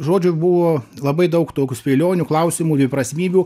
žodžiu buvo labai daug tokių spėlionių klausimų dviprasmybių